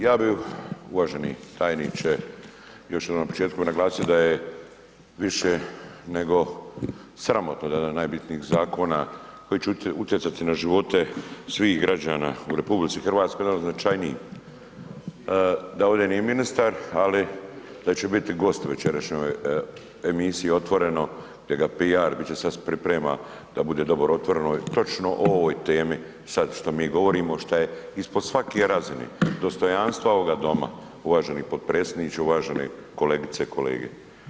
Ja bi uvaženi tajniče još jednom na početku naglasio da je više nego sramotno da jedan od najbitnijih zakona koji će utjecati na živote svih građana u RH, jedan od značajnijih, da ovde nije ministar ali da će biti gost u večerašnjoj emisiji Otvoreno, gdje ga PR bit će sad priprema da bude dobar u Otvoreno točno o ovoj temi sad što mi govorimo šta je ispod svake razine dostojanstva ovoga doma uvaženi potpredsjedniče, uvažene kolegice i kolege.